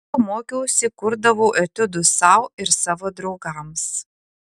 kol mokiausi kurdavau etiudus sau ir savo draugams